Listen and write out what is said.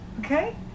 okay